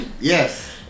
Yes